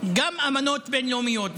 גם אמנות בין-לאומיות,